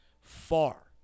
Far